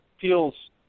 feels